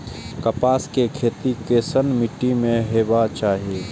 कपास के खेती केसन मीट्टी में हेबाक चाही?